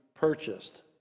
purchased